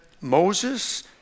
Moses